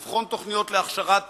לבחון תוכניות להכשרת